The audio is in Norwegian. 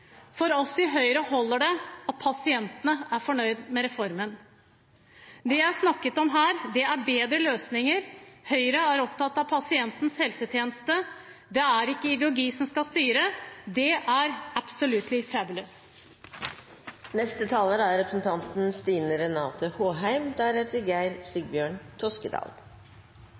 For oss i Høyre holder det at pasientene er fornøyd med reformen. Det jeg har snakket om her, er bedre løsninger. Høyre er opptatt av pasientens helsetjeneste. Det er ikke ideologi som skal styre. Det er